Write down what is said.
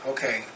Okay